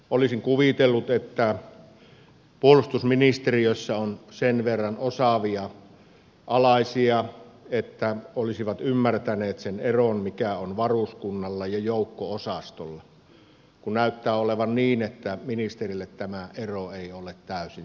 olisin kuvitellut että puolustusministeriössä on sen verran osaavia alaisia että he olisivat ymmärtäneet sen eron mikä on varuskunnalla ja joukko osastolla kun näyttää olevan niin että ministerille tämä ero ei ole täysin selvinnyt